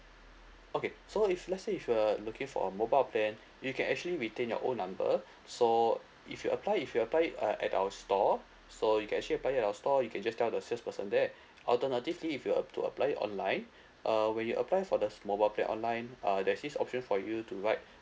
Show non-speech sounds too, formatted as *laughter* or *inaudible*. okay so if let say if you're looking for a mobile plan you can actually retain your own number *breath* so if you apply if you apply it uh at our store so you can actually apply it at our store you can just tell the salesperson there alternatively if you will uh to apply it online *breath* uh when you apply for the mobile plan online uh there's this option for you to write